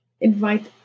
invite